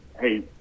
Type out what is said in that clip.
hey